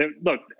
look